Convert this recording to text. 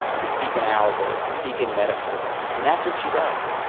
to speak in allegories, to speak in metaphors. and that's what she does.